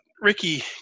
Ricky